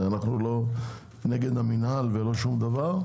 אנחנו לא נגד המינהל ולא שום דבר.